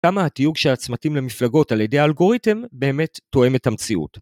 כמה התיוג של הצמתים למפלגות על ידי האלגוריתם באמת תואם את המציאות.